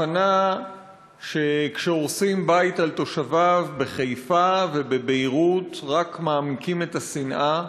ההבנה שכשהורסים בית על תושביו בחיפה ובביירות רק מעמיקים את השנאה,